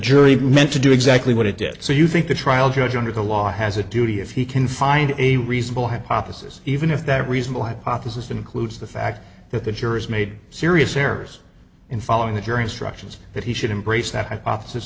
jury meant to do exactly what it did so you think the trial judge under the law has a duty if he can find a reasonable hypothesis even if that reasonable hypothesis includes the fact that the jurors made serious errors in following the jury instructions that he should embrace that hypothesis